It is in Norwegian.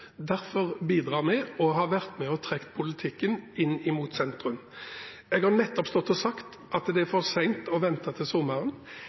Derfor bidrar vi og har vært med på å trekke politikken inn mot sentrum. Jeg har nettopp stått og sagt at det er for sent å vente til sommeren.